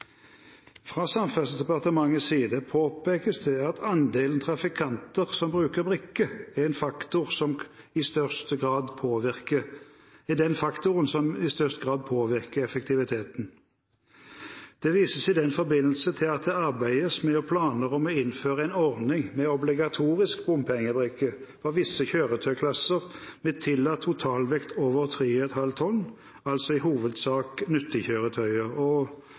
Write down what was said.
Fra Samferdselsdepartementets side påpekes det at andelen trafikanter som bruker brikke, er den faktoren som i størst grad påvirker effektiviteten. Det vises i den forbindelse til at det arbeides med planer om å innføre en ordning med obligatorisk bompengebrikke for visse kjøretøyklasser med tillatt totalvekt over 3,5 tonn, altså i hovedsak nyttekjøretøy. Vi hørte for få minutter siden at proposisjonen ble overlevert Stortinget, og